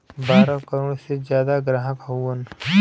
बारह करोड़ से जादा ग्राहक हउवन